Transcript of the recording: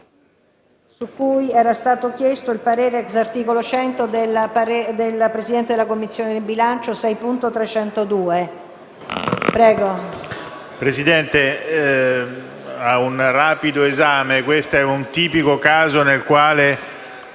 Presidente, ad un rapido esame, questo è un tipico caso nel quale